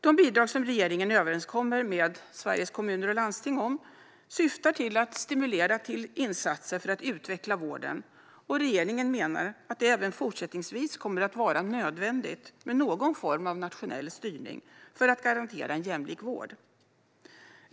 De bidrag som regeringen överenskommer med Sveriges Kommuner och Landsting syftar till att stimulera till insatser för att utveckla vården, och regeringen menar att det även fortsättningsvis kommer att vara nödvändigt med någon form av nationell styrning för att garantera en jämlik vård.